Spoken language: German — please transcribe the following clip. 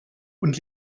und